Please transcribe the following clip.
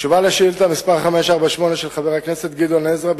של חבר הכנסת גדעון עזרא.